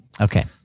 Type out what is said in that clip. Okay